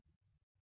അത് കൊണ്ട് 2 lC